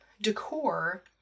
decor